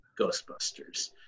Ghostbusters